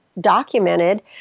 documented